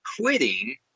quitting